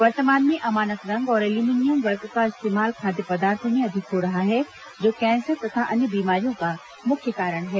वर्तमान में अमानक रंग और एल्युमीनियम वर्क का इस्तेमाल खाद्य पदार्थो में अधिक हो रहा है जो कैंसर तथा अन्य बीमारियों का मुख्य कारण है